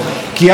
אז בעוטף,